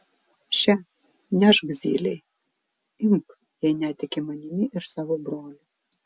še nešk zylei imk jei netiki manimi ir savo broliu